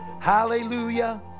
hallelujah